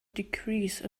decrease